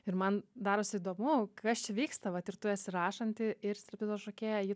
ir man darosi įdomu kas čia vyksta vat ir tu esi rašanti ir striptizo šokėja ji